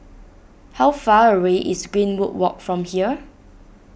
how far away is Greenwood Walk from here